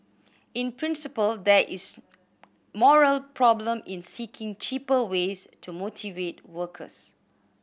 in principle there is moral problem in seeking cheaper ways to motivate workers